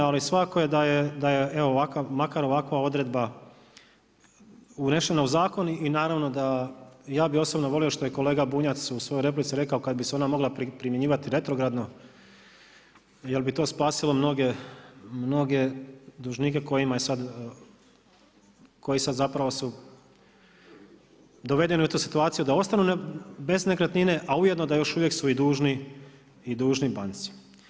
Ali svakako da je ovakav, makar ovakva odredba unešena u zakon i naravno da ja bih osobno volio što je kolega Bunjac u svojoj replici rekao kad bi se ona mogla primjenjivati retrogradno jel' bi to spasilo mnoge dužnike kojima je sad, koji sad zapravo su dovedeni u tu situaciju da ostanu bez nekretnine a ujedno da još uvijek su i dužni banci.